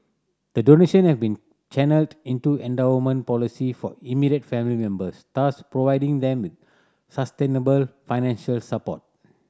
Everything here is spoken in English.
the donation have been channelled into endowment policy for immediate family members thus providing them with sustainable financial support